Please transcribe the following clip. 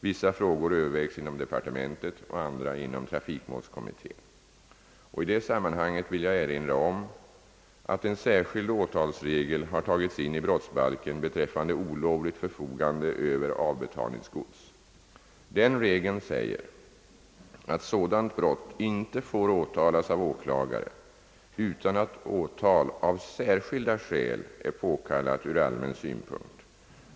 Vissa frågor övervägs I det sammanhanget vill jag erinra om att en särskild åtalsregel tagits in i brottsbalken beträffande olovligt förfogande över avbetalningsgods. Den regeln säger att sådant brott inte får åtalas av åklagare utan att åtal av särskilda skäl är påkallat ur allmän synpunkt.